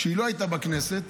כשהיא לא הייתה בכנסת,